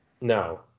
no